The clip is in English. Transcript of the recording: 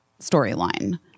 storyline